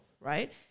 right